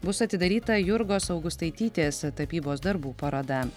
bus atidaryta jurgos augustaitytės tapybos darbų paroda